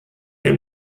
der